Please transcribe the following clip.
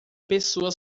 pessoa